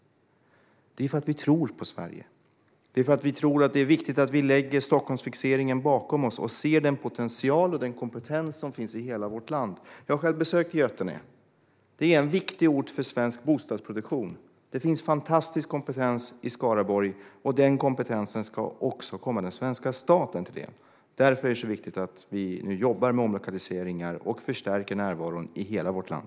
Det är för att vi tror på Sverige. Det är för att vi tror att det är viktigt att vi lägger Stockholmsfixeringen bakom oss och ser den potential och den kompetens som finns i hela vårt land. Jag har själv besökt Götene. Det är en viktig ort för svensk bostadsproduktion. Det finns fantastisk kompetens i Skaraborg. Den kompetensen ska också komma den svenska staten till del. Därför är det viktigt att vi nu jobbar med omlokaliseringar och förstärker närvaron i hela vårt land.